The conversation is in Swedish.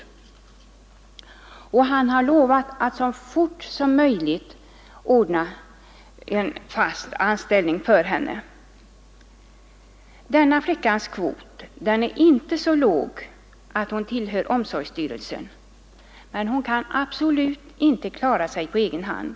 Han har lovat att så fort som möjligt ordna en fast anställning åt henne. Hennes kvot är inte så låg att hon sorterar under omsorgsstyrelsen, men hon kan absolut inte klara sig på egen hand.